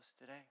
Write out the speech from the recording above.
today